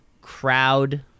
crowd